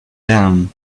down